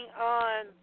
on